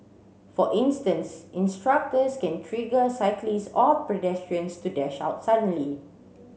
for instance instructors can trigger cyclists or pedestrians to dash out suddenly